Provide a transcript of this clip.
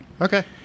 Okay